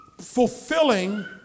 fulfilling